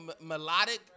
melodic